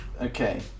Okay